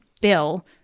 bill